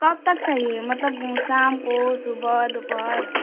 कब तक चाहिए मतलब शाम को सुबह दोपहर